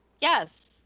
Yes